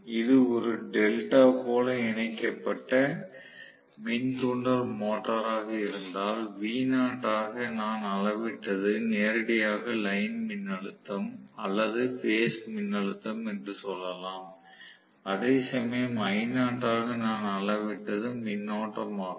இது ஒரு டெல்டா போல இணைக்கப்பட்ட மின் தூண்டல் மோட்டராக இருந்தால் V0 ஆக நான் அளவிட்டது நேரடியாக லைன் மின்னழுத்தம் அல்லது பேஸ் மின்னழுத்தம் என்று சொல்லலாம் அதேசமயம் I0 ஆக நான் அளவிட்டது மின்னோட்டமாகும்